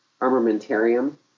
armamentarium